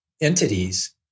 entities